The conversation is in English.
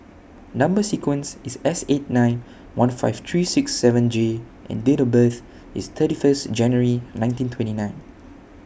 Number sequence IS S eight nine one five three six seven J and Date of birth IS thirty First January nineteen twenty nine